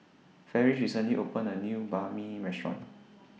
Ferris recently opened A New Banh MI Restaurant